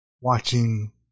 Watching